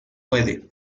puede